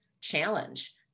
challenge